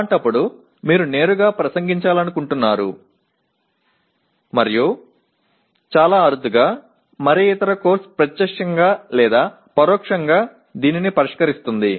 అలాంటప్పుడు మీరు నేరుగా ప్రసంగిస్తున్నారు మరియు చాలా అరుదుగా మరే ఇతర కోర్సు ప్రత్యక్షంగా లేదా పరోక్షంగా దీనిని పరిష్కరిస్తుంది